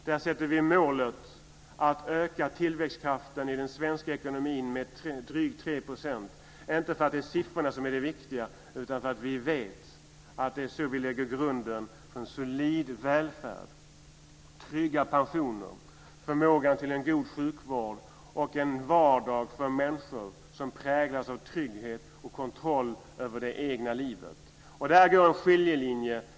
Där sätter vi målet att öka tillväxtkraften i den svenska ekonomin med drygt 3 %- inte för att det är siffrorna som är det viktiga utan för att vi vet att det är så vi lägger grunden för en solid välfärd, trygga pensioner, förmågan till en god sjukvård och en vardag för människor som präglas av trygghet och kontroll över det egna livet. Där går en skiljelinje.